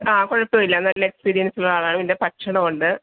ആ കുഴപ്പമില്ല നല്ല എക്സ്പീരിയൻസ് ഉള്ള ആളാണ് പിന്നെ ഭക്ഷണം ഉണ്ട്